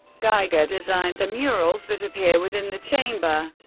giger designed the murals that appear within the chamber.